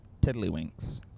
Tiddlywinks